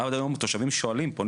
ועד היום תושבים פונים ושואלים: